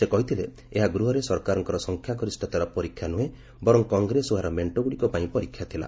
ସେ କହିଥିଲେ ଏହା ଗୃହରେ ସରକାରଙ୍କର ସଂଖ୍ୟାଗରିଷତାର ପରୀକ୍ଷା ନୁହେଁ ବର କଂଗ୍ରେସ ଓ ଏହାର ମେଷ୍ଟଗୁଡ଼ିକ ପାଇଁ ପରୀକ୍ଷା ଥିଲା